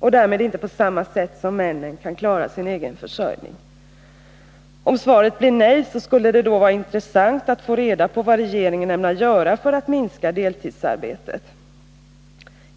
och därmed inte på samma sätt som männen kan klara sin egen försörjning. Om svaret blir nej, skulle det vara intressant att få reda på vad regeringen ämnar göra för att minska deltidsarbetet.